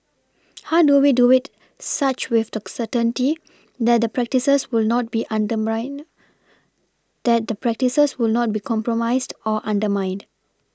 how do we do wit such with the certainty that the practices will not be undermined that the practices will not be compromised or undermined